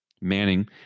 Manning